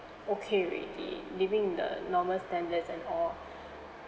okay already living the normal standards and all